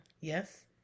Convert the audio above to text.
Yes